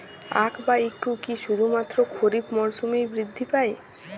আখ বা ইক্ষু কি শুধুমাত্র খারিফ মরসুমেই বৃদ্ধি পায়?